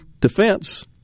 defense